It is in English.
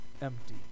empty